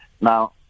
Now